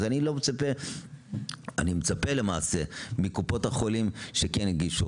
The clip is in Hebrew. ואני מצפה מקופות החולים שינגישו.